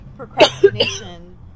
procrastination